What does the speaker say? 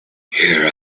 here